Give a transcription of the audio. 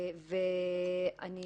אני